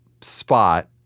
spot